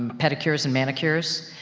pedicures and manicures,